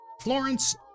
Florence